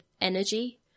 energy